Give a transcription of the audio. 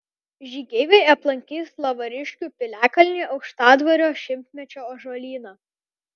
žygeiviai aplankys lavariškių piliakalnį aukštadvario šimtmečio ąžuolyną